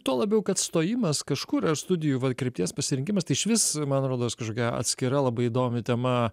tuo labiau kad stojimas kažkur ar studijų krypties pasirinkimas tai išvis man rodos kažokia atskira labai įdomi tema